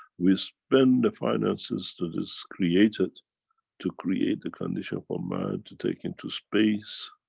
we spend the finances that is created to create a condition for man to take him to space,